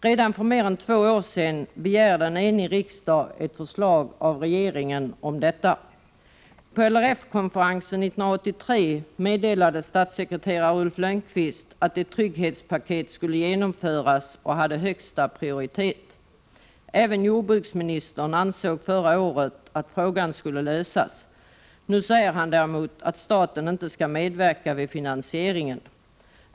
Redan för mer än två år sedan begärde en enig riksdag förslag från regeringen om detta. På LRF-konferensen 1983 meddelade statssekreterare Ulf Lönnqvist att ett trygghetspaket skulle genomföras och att det hade högsta prioritet. Även jordbruksministern ansåg förra året att frågan skulle lösas. Nu säger han däremot att staten inte skall medverka vid finansieringen.